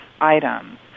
items